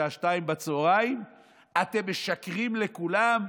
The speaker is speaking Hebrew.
בשעה 14:00. אתם משקרים לכולם,